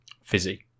fizzy